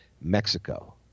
Mexico